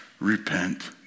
repent